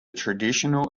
traditional